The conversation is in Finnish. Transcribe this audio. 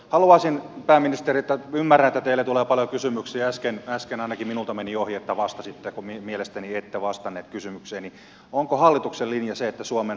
haluaisin kysyä pääministeriltä ymmärrän että teille tulee paljon kysymyksiä äsken ainakin minulta meni ohi vastasitteko mielestäni ette vastannut kysymykseeni onko hallituksen linja se että suomeen halutaan halpatyövoimaa